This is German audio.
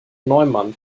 neumann